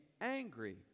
angry